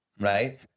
right